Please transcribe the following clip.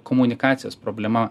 komunikacijos problema